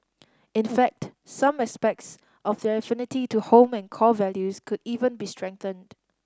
in fact some aspects of their affinity to home and core values could even be strengthened